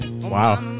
wow